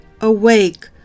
awake